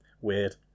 Weird